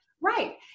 right